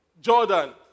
Jordan